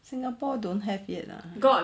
singapore don't have yet lah